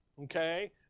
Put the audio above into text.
Okay